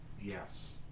Yes